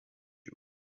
you